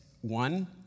one